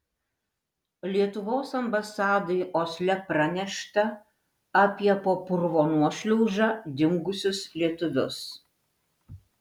lietuvos ambasadai osle pranešta apie po purvo nuošliauža dingusius lietuvius